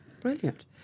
Brilliant